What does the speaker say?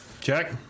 Jack